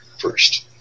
first